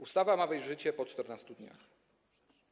Ustawa ma wejść w życie po 14 dniach.